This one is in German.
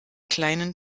kleinen